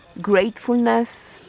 gratefulness